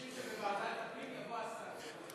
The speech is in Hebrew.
אנחנו מבקשים שלוועדת הפנים יבוא השר.